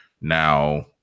now